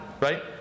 right